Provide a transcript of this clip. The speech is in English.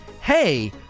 hey